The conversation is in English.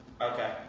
Okay